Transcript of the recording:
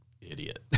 idiot